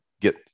get